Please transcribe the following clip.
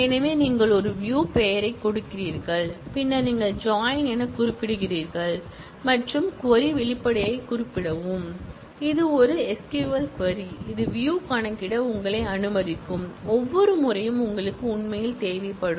எனவே நீங்கள் ஒரு வியூ பெயரைக் கொடுக்கிறீர்கள் பின்னர் நீங்கள் ஜாயின் எனக் குறிப்பிடுகிறீர்கள் மற்றும் க்வரி வெளிப்பாட்டைக் குறிப்பிடவும் இது ஒரு SQL க்வரி இது வியூ கணக்கிட உங்களை அனுமதிக்கும் ஒவ்வொரு முறையும் உங்களுக்கு உண்மையில் தேவைப்படும்